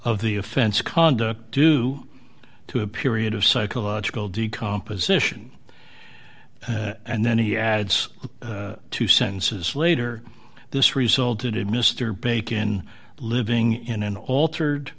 of the offense conduct due to a period of psychological decomposition and then he adds two sentences later this resulted in mr bacon living in an altered